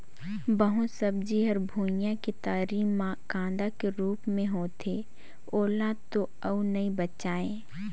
बहुत सब्जी हर भुइयां के तरी मे कांदा के रूप मे होथे ओला तो अउ नइ बचायें